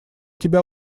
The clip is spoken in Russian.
тебя